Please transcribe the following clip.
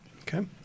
Okay